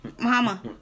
Mama